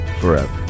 forever